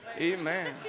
Amen